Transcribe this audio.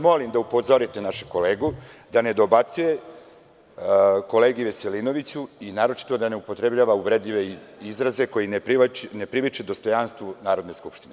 Molim vas da upozorite našeg kolegu da ne dobacuje kolegi Veselinoviću i naročito da ne upotrebljava uvredljive izraze, koji ne priliči dostojanstvu Narodne skupštine.